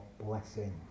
blessing